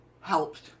helped